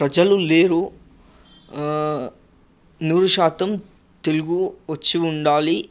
ప్రజలు లేరు నూరు శాతం తెలుగు వచ్చి ఉండాలి